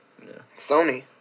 Sony